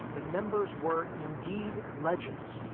the members were indeed legends,